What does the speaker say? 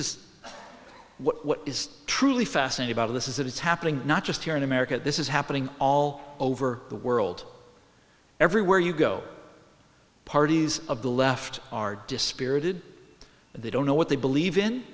what is truly fascinating about this is that it's happening not just here in america this is happening all over the world everywhere you go parties of the left are dispirited and they don't know what they believe in